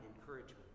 encouragement